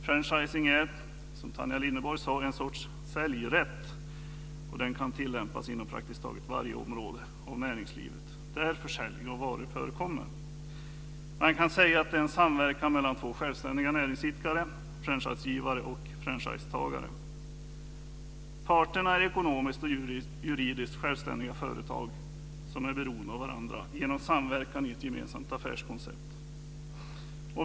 Franchising är, som Tanja Linderborg sade, en sorts "säljrätt" som kan tillämpas inom praktiskt taget varje område av näringslivet där försäljning av varor förekommer. Man kan säga att det handlar om en samverkan mellan två självständiga näringsidkare, franchisegivare och franchisetagare. Parterna är ekonomiskt och juridiskt självständiga företag som är beroende av varandra genom samverkan i ett gemensamt affärskoncept.